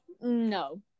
no